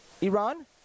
Iran